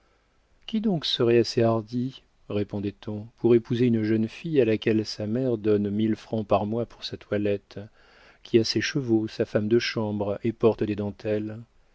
qui donc serait assez hardi répondait-on pour épouser une jeune fille à laquelle sa mère donne mille francs par mois pour sa toilette qui a ses chevaux sa femme de chambre et porte des dentelles